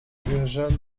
wierzę